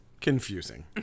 confusing